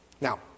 Now